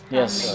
Yes